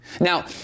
Now